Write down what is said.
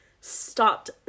stopped